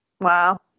Wow